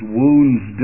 wounds